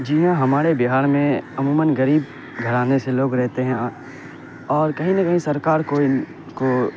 جی ہاں ہمارے بہار میں عموماً غریب گھرانے سے لوگ رہتے ہیں اور کہیں نہ کہیں سرکار کو ان کو